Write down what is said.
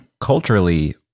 Culturally